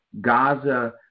Gaza